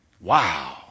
Wow